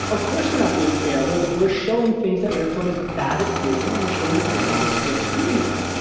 of course we're not being fair. we're we're showing things that airflow is bad at doing and we're that prefect is good at doing them.